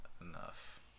enough